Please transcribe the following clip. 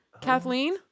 Kathleen